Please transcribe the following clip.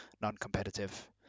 non-competitive